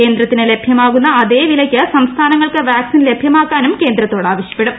കേന്ദ്രത്തിന് ലഭ്യമാകുന്ന അതേ വിലയ്ക്ക് സംസ്ഥാനങ്ങൾക്ക് വാക്സിൻ ലഭ്യമാക്കാനും കേന്ദ്രത്തോട് ആവശ്യപ്പെടും